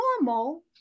normal